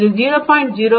அது 0